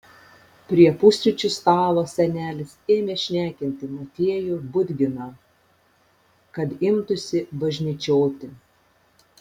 prie pusryčių stalo senelis ėmė šnekinti motiejų budginą kad imtųsi važnyčioti